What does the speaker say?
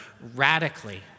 radically